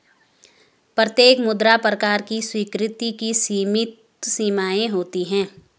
प्रत्येक मुद्रा प्रकार की स्वीकृति की सीमित सीमाएँ होती हैं